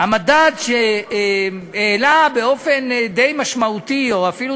המדד שהעלה באופן די משמעותי או אפילו